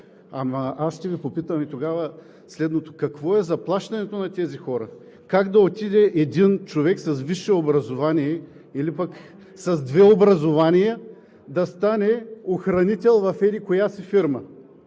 Ами аз ще Ви попитам тогава и следното: какво е заплащането на тези хора? Как да отиде един човек с висше образование или пък с две образования да стане охранител в еди-коя си фирма?